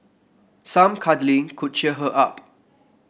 some cuddling could cheer her up